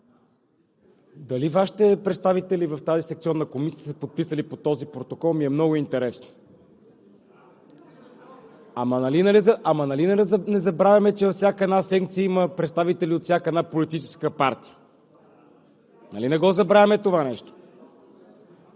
дали Вашите представители в тази секционна комисия са се подписали под този протокол?! (Реплики.) Нали не забравяме, че във всяка една секция има представители от всяка една политическа партия?! Нали не забравяме това нещо?!